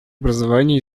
образования